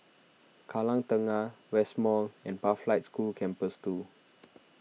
Kallang Tengah West Mall and Pathlight School Campus two